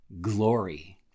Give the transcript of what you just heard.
glory